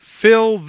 fill